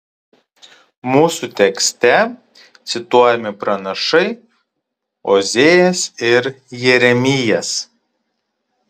mūsų tekste cituojami pranašai ozėjas ir jeremijas